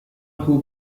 who